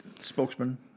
Spokesman